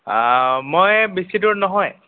মই বেছি দূৰ নহয়